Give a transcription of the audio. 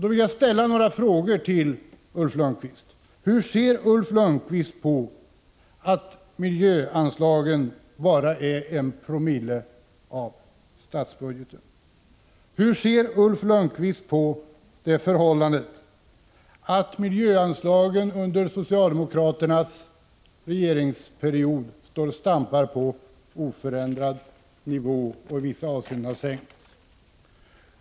Jag skulle vilja ställa några frågor till Ulf Lönnqvist. Hur ser Ulf Lönnqvist på att miljöanslaget bara är en 1 Joo av statsbudgeten? Hur ser Ulf Lönnqvist på det förhållandet att miljöanslagen under socialdemokraternas regeringsperiod står och stampar på oförändrad nivå och i vissa avseenden har sänkts?